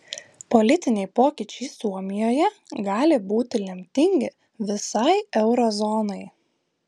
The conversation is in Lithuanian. politiniai pokyčiai suomijoje gali būti lemtingi visai euro zonai